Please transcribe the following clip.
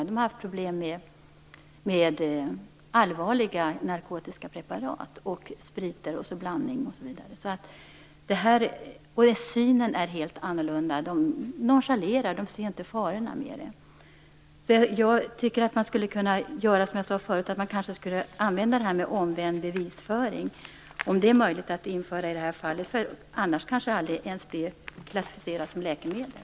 Barnen har haft problem med allvarligt narkotiska preparat, sprit, olika blandningar osv. De har en helt avvikande syn på detta. De ser inte farorna med drogerna eller nonchalerar dem. Man skulle kanske i det här fallet, som jag tidigare sade, kunna använda omvänd bevisföring. Annars blir ämnet kanske inte ens klassificerat som läkemedel.